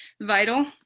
vital